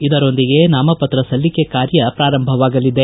ಇದರೊಂದಿಗೆ ನಾಮಪತ್ರ ಸಲ್ಲಿಕೆ ಕಾರ್ಯ ಪ್ರಾರಂಭವಾಗಲಿದೆ